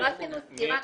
לא עשינו סקירה.